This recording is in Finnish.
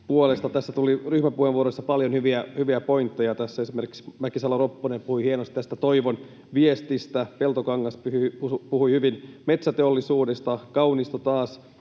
Tässä tuli ryhmäpuheenvuoroissa paljon hyviä pointteja. Tässä esimerkiksi Mäkisalo-Ropponen puhui hienosti tästä toivon viestistä, Peltokangas puhui hyvin metsäteollisuudesta, Kaunisto taas